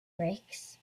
brakes